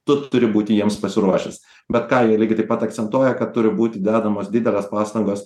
tu turi būti jiems pasiruošęs bet ką jie lygiai taip pat akcentuoja kad turi būti dedamos didelės pastangos